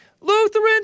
Lutheran